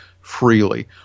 freely